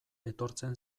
etortzen